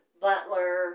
butler